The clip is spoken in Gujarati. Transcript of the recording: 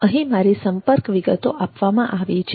અહીં મારી સંપર્ક વિગતો આપવામાં આવી છે